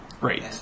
Great